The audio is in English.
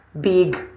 big